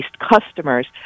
customers